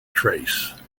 trace